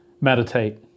meditate